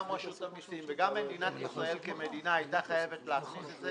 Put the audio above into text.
גם רשות המסים וגם מדינת ישראל כמדינה היתה חייבת לעשות את זה,